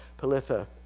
Palitha